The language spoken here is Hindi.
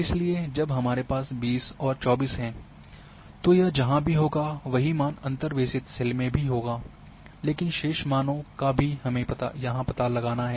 इसलिए जब हमारे पास 20 और 24 हैं तो यह जहाँ भी होगा वही मान अंतर्वेषित सेल में भी होगा लेकिन शेष मानों का भी हमें यहाँ पता लगाना है